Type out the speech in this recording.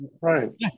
Right